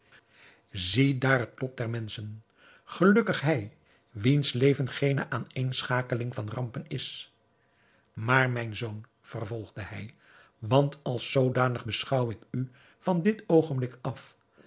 zie daar het lot der menschen gelukkig hij wiens leven geene aaneenschakeling van rampen is maar mijn zoon vervolgde hij want als zoodanig beschouw ik u van dit oogenblik af